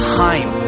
time